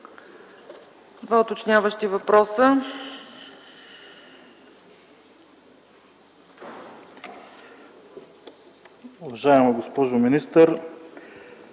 два уточняващи въпроса.